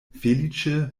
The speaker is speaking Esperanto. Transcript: feliĉe